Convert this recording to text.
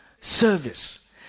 service